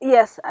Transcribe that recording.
Yes